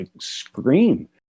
scream